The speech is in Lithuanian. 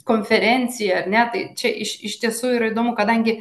konferenciją ar ne tai čia iš iš tiesų yra įdomu kadangi